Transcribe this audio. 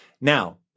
Now